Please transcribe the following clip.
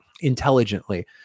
intelligently